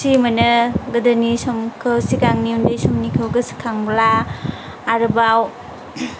खुसि मोनो गोदोनि समखौ सिगांनि उन्दै समनिखौ गोसोखांब्ला आरोबाव